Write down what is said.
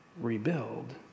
rebuild